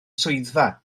swyddfa